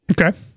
Okay